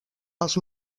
els